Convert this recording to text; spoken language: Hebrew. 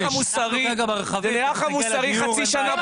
עם יד על הלב, נראה לך מוסרי חצי שנה באוטו?